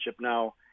now